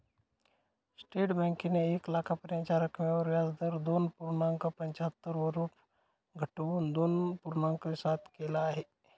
state बँकेने एक लाखापर्यंतच्या रकमेवर व्याजदर दोन पूर्णांक पंच्याहत्तर वरून घटवून दोन पूर्णांक सात केल आहे